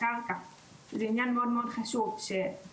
כשהם מבקשים לבטל תוך 24 שעות אומרים להם